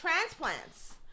transplants